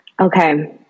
Okay